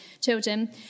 children